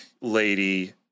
lady